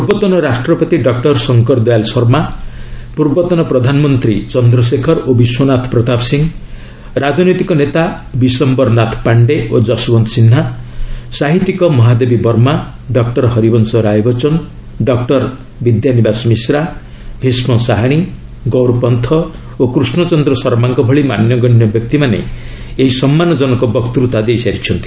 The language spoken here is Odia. ପୂର୍ବତନ ରାଷ୍ଟ୍ରପତି ଡକ୍ଟର ଶଙ୍କର ଦୟାଲ୍ ଶର୍ମା ପୂର୍ବତନ ପ୍ରଧାନମନ୍ତ୍ରୀ ଚନ୍ଦ୍ରଶେଖର ଓ ବିଶ୍ୱନାଥ ପ୍ରତାପ ସିଂହ ରାଜନୈତିକ ନେତା ବିଶୟରନାଥ ପାଣ୍ଡେ ଓ ଯଶଓ୍ୱେନ୍ତ ସିହ୍ନା ସାହିତ୍ୟିକ ମହାଦେବୀ ବର୍ମା ଡକ୍ଟର ହରିବଂଶ ରାୟବଚ୍ଚନ ଡକ୍ଟର ବିଦ୍ୟାନିବାସ ମିଶ୍ରା ଭୀଷ୍ମ ଶାହାଣୀ ଗୌରପନ୍ଥ ଓ କୃଷ୍ଣଚନ୍ଦ୍ର ଶର୍ମାଙ୍କ ଭଳି ମାନ୍ୟଗଣ୍ୟ ବ୍ୟକ୍ତିମାନେ ଏହି ସମ୍ମାନ ଜନକ ବକ୍ତୁତା ଦେଇସାରିଛନ୍ତି